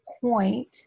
point